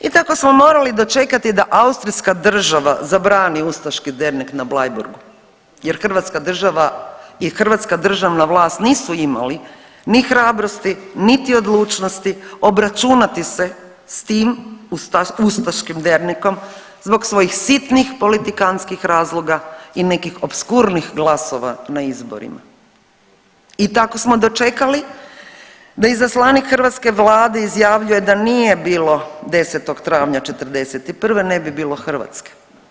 I tako smo morali dočekati da austrijska država zabrani ustaški dernek na Bleiburgu jer hrvatska država, jer hrvatska državna vlast nisu imali ni hrabrosti, niti odlučnosti obračunati se s tim ustaškim dernekom zbog svojih sitnih politikanskih razloga i nekih opskurnih glasova na izborima i tako smo dočekali da izaslanik hrvatske vlade izjavljuje da nije bilo 10. travnja '41. ne bi bilo Hrvatske.